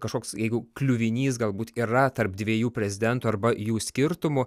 kažkoks jeigu kliuvinys galbūt yra tarp dviejų prezidentų arba jų skirtumų